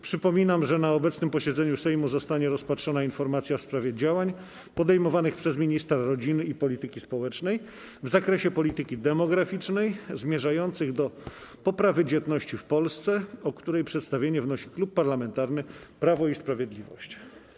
Przypominam, że na obecnym posiedzeniu Sejmu zostanie rozpatrzona informacja w sprawie działań podejmowanych przez ministra rodziny i polityki społecznej w zakresie polityki demograficznej zmierzających do poprawy dzietności w Polsce, o której przedstawienie wnosi Klub Parlamentarny Prawo i Sprawiedliwość.